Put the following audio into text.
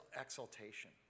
exaltation